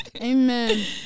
amen